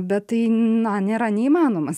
bet tai na nėra neįmanomas